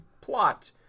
plot